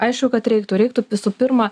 aišku kad reiktų reiktų visų pirma